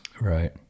right